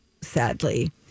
sadly